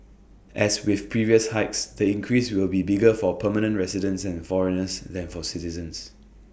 as with previous hikes the increase will be bigger for permanent residents and foreigners than for citizens